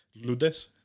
Ludes